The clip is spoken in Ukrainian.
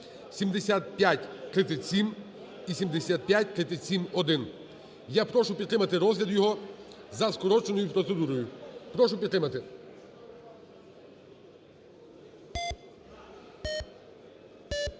7537 і 7537-1. Я прошу підтримати розгляд його за скороченою процедурою. Прошу підтримати. 11:27:46